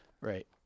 right